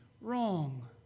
wrong